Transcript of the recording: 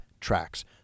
tracks